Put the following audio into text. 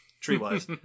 tree-wise